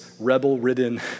rebel-ridden